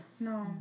No